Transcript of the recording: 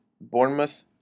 Bournemouth